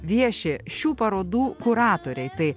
vieši šių parodų kuratoriai tai